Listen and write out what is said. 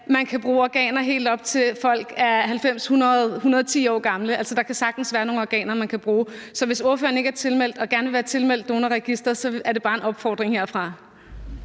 folk, der er helt op til 90 og 110 år gamle, altså der kan sagtens være nogle organer, man kan bruge. Så hvis ordføreren ikke er tilmeldt – og gerne vil være tilmeldt – Organdonorregisteret, er det bare en opfordring herfra